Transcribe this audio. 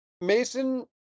Mason